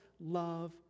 love